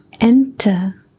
enter